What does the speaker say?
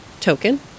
token